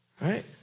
Right